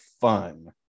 fun